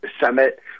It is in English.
summit